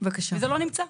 וזה לא נמצא.